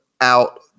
out